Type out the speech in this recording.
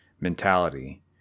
mentality